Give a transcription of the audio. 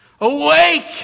Awake